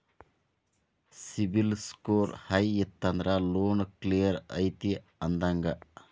CIBIL score high ಇತ್ತಂದ್ರ loan clear ಐತಿ ಅಂದಂಗ